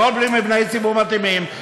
הכול בלי מבני ציבור מתאימים,